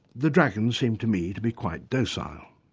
the dragons seemed to me to be quite docile.